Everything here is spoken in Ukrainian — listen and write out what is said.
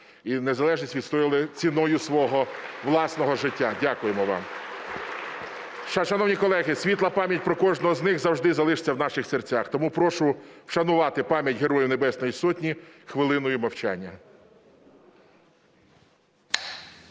і незалежність відстояли ціною свого власного життя. Дякуємо вам! (Оплески) Шановні колеги, світла пам'ять про кожного з них завжди залишиться в наших серцях. Тому прошу вшанувати пам'ять Героїв Небесної Сотні хвилиною мовчання.